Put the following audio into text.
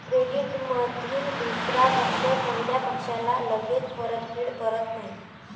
क्रेडिटमधील दुसरा पक्ष पहिल्या पक्षाला लगेच परतफेड करत नाही